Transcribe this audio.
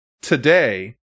today